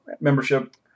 membership